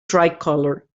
tricolour